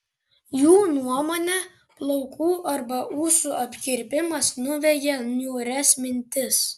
jų nuomone plaukų arba ūsų apkirpimas nuveja niūrias mintis